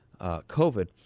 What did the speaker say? COVID